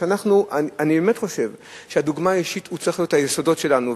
אני באמת חושב שהדוגמה האישית צריכה להיות היסודות שלנו,